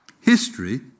History